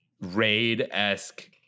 raid-esque